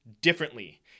differently